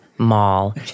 mall